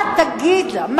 מה תגיד לה?